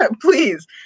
please